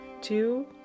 two